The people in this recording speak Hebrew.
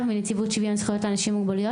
מנציבות שוויון זכויות לאנשים עם מוגבלויות.